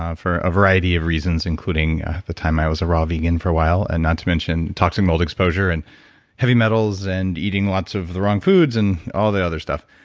um for a variety of reasons, including the time i was a raw vegan for a while and not to mention toxic mold exposure and heavy metals and eating lots of the wrong foods and all the other stuff.